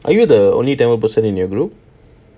are you the onl~ the only person in your group